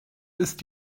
ist